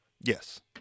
Yes